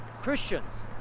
Christians